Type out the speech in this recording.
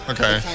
Okay